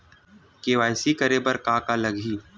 KYC करे बर का का लगही?